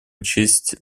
учесть